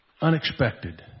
unexpected